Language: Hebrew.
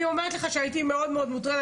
הייתי מאוד מאוד מוטרדת,